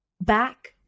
back